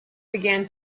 began